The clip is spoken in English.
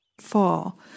fall